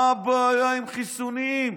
מה הבעיה עם חיסונים?